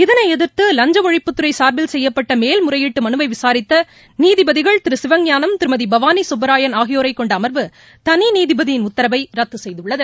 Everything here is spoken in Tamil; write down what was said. இதனை எதிர்த்து லஞ்ச ஒழிப்புத்துறை சார்பில் செய்யப்பட்ட மேல்முறையீட்டு மனுவை விசாித்த நீதிபதிகள் திரு டி எஸ் சிவஞானம் திருமதி பவானி சுப்பராயன் ஆகியோரைக்கொண்ட அமர்வு தனி நீதிபதியின் உத்தரவை ரத்து செய்துள்ளது